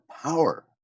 power